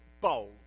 bold